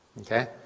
Okay